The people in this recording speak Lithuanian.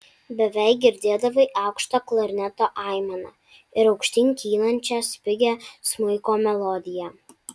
beveik girdėdavai aukštą klarneto aimaną ir aukštyn kylančią spigią smuiko melodiją